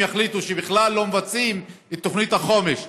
יחליטו שבכלל לא מבצעים את תוכנית החומש.